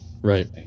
right